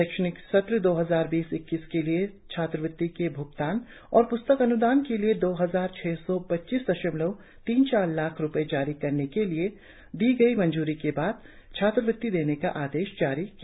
शैक्षणिक सत्र दो हजार बीस इक्कीस के लिए छात्र वृत्ति के भ्गतान और प्स्तक अन्दान के लिए दो हजार छह सौ पच्चासी दशमलव तीन चार लाख रुपये जारी करने के लिए दी गई मंजूरी के बाद छात्रवृत्ति देने का आदेश जारी किया